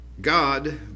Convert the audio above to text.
God